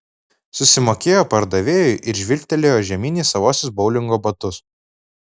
susimokėjo pardavėjui ir žvilgtelėjo žemyn į savuosius boulingo batus